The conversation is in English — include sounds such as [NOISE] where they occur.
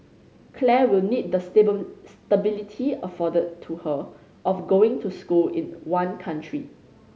Claire will need the [UNINTELLIGIBLE] stability afforded to her of going to school in one country